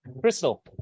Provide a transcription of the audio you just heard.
Crystal